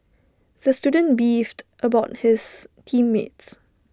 the student beefed about his team mates